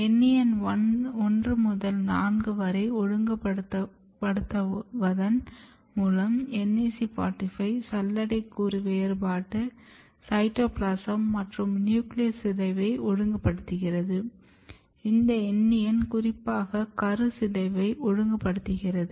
NEN 1 முதல் 4 வரை ஒழுங்குபடுத்துவதன் மூலம் NAC45 சல்லடை கூறு வேறுபாடு சைட்டோபிளாசம் மற்றும் நியூக்ளியஸ் சிதைவை ஒழுங்குபடுத்துகிறது இந்த NEN குறிப்பாக கரு சிதைவை ஒழுங்குபடுத்துகிறது